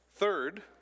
Third